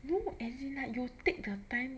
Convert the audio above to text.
no as in like you take the time